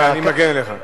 הנה, אני מגן עליך.